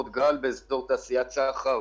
באזור תעשייה צח"ר